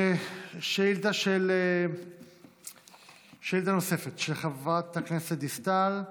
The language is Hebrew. שאילתה נוספת של חברת הכנסת דיסטל,